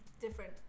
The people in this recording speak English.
different